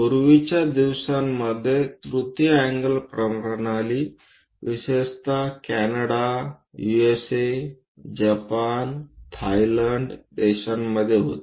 पूर्वीच्या दिवसांमध्ये तृतीय अँगल प्रणाली विशेषतः कॅनडा यूएसए जपान थायलंड देशांमध्ये होती